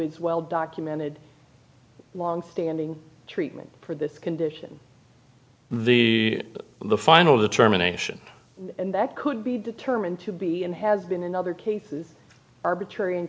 his well documented longstanding treatment for this condition the but the final determination and that could be determined to be and has been in other cases arbitrary